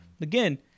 Again